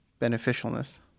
beneficialness